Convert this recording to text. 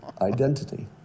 identity